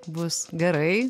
bus gerai